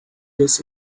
this